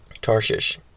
Tarshish